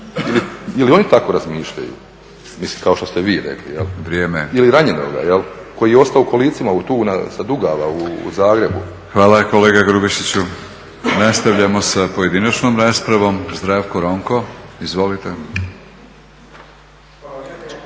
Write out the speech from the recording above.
li oni tako razmišljaju, mislim kao što ste vi rekli jel? Ili ranjenoga jel' koji je ostao u kolicima tu sa Dugava u Zagrebu. **Batinić, Milorad (HNS)** Vrijeme. Hvala kolega Grubišiću. Nastavljamo sa pojedinačnom raspravom. Zdravko Ronko, izvolite.